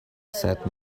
said